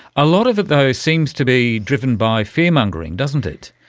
a lot of it though seems to be driven by fear mongering, doesn't it,